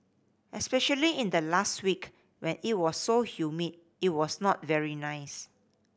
especially in the last week when it was so humid it was not very nice